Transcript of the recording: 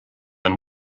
and